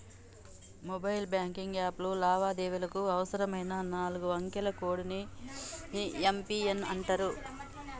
mobile banking యాప్లో లావాదేవీలకు అవసరమైన నాలుగు అంకెల కోడ్ ని యం.పి.ఎన్ అంటరు